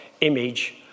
image